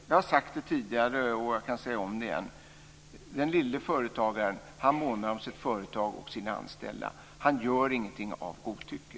Jag har sagt det tidigare, och jag kan säga det igen: Den lille företagaren månar om sitt företag och sina anställda. Han gör ingenting av godtycke.